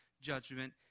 judgment